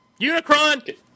Unicron